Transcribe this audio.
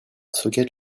socket